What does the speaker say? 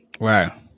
Wow